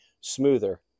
smoother